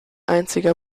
einziger